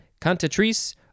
Cantatrice